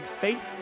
faith